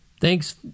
Thanks